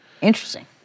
Interesting